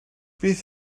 beth